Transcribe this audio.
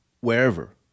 wherever